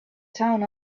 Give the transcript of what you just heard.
town